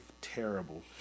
terrible